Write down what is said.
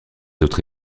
autres